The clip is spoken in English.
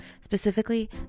specifically